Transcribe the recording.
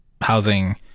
housing